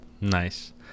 Nice